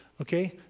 Okay